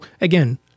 again